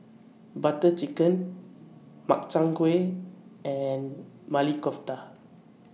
Butter Chicken Makchang Gui and Maili Kofta